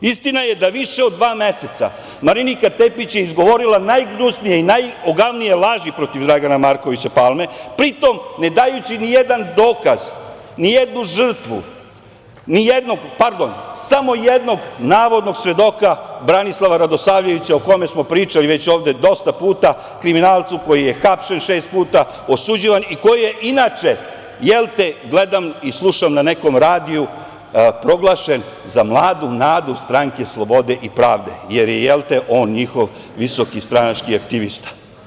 Istina je da više od dva meseca Marinika Tepić je izgovorila najgnusnije i najogavnije laži protiv Dragana Markovića Palme, pritom ne dajući nijedan dokaz, nijednu žrtvu, samo jednog navodnog svedoka Branislava Radosavljevića, o kome smo pričali već ovde dosta puta, kriminalcu koji je hapšen šest puta, osuđivan i koji je inače, jelte, gledam i slušam na nekom radiju, proglašen za mladu nadu Stranke slobode i pravde, jer je on njihov visoki stranački aktivista.